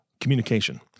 communication